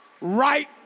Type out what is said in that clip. right